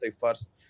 first